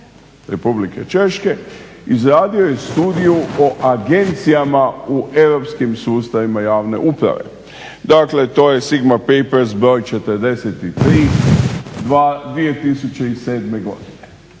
Republike Češke izradio je studiju o agencijama u europskim sustavima javne uprave. Dakle to je sigma papers br. 43. 2007. godine.